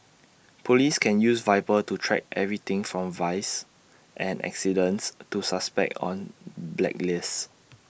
Police can use Viper to track everything from vice and accidents to suspects on blacklists